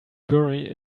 bury